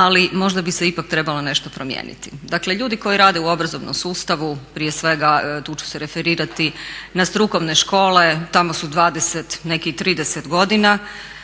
Ali možda bi se ipak trebalo nešto promijeniti. Dakle, ljudi koji rade u obrazovnom sustavu, prije svega tu ću se referirati na strukovne škole. Tamo su dvadeset, neki